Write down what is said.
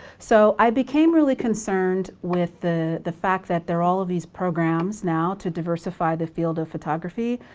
so i became really concerned with the the fact that there are all of these programs now to diversify the field of photography.